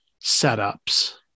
setups